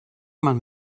man